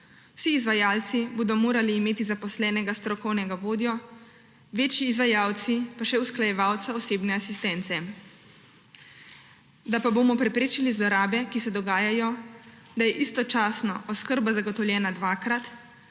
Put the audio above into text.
Vsi izvajalci bodo morali imeti zaposlenega strokovnega vodjo, večji izvajalci pa še usklajevalca osebne asistence. Da pa bomo preprečili zlorabe, ki se dogajajo, da je istočasno oskrba zagotovljena dvakrat,